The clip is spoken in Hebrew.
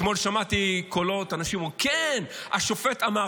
אתמול שמעתי קולות, אנשים אומרים: כן, השופט אמר.